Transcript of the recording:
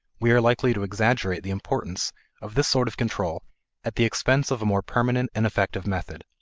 we are likely to exaggerate the importance of this sort of control at the expense of a more permanent and effective method.